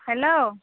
hello